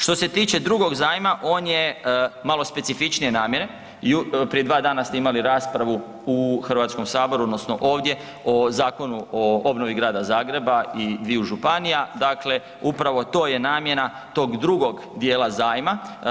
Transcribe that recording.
Što se tiče drugog zajma on je malo specifičnije namjene i prije dva dana ste imali raspravu u Hrvatskom saboru odnosno ovdje o Zakonu o obnovi Grada Zagreba i dviju županija, dakle upravo to je namjena tog drugog dijela zajma.